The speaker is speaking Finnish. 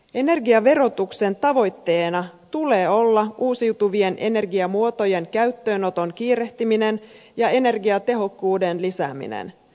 energiaverotuksen tavoitteena tulee olla uusiutuvien energiamuotojen käyttöönoton kiirehtiminen ja energiatehokkuuden lisääminen